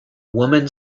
woman